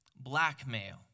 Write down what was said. blackmail